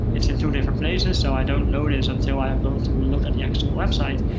it's in two different places, so i don't notice until i go to look at the actual website.